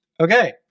Okay